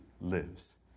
lives